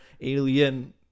Alien